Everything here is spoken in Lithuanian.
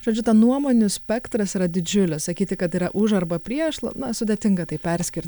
žodžiu tą nuomonių spektras yra didžiulis sakyti kad yra už arba prieš la na sudėtinga tai perskir